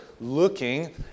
looking